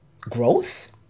growth